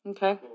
Okay